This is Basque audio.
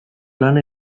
lana